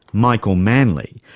michael manley,